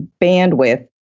bandwidth